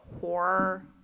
horror